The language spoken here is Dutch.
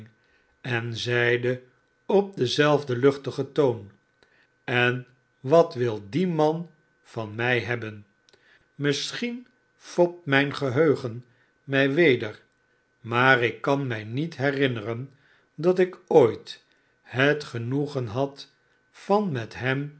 en zeide op denzelfden luchtigen toon a en wat wil die man van mij hebben misschien fopt mijn geheugen mij weder maar ik kan mij niet herinneren dat ik ooit het genoegen had van met hem